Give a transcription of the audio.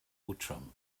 outram